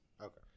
Okay